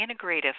integrative